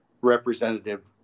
representative